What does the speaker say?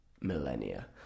millennia